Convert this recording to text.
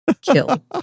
kill